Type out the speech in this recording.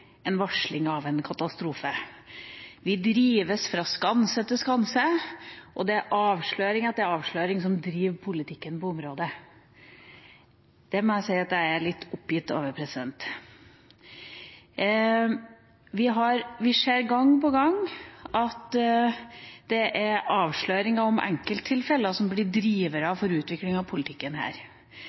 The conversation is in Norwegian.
varsling av en katastrofe. Vi drives fra skanse til skanse, og det er avsløring etter avsløring som driver politikken på området. Det må jeg si at jeg er litt oppgitt over. Vi ser gang på gang at det er avsløringer om enkelttilfeller som blir drivere for utviklinga av politikken.